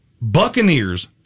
Buccaneers